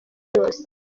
yose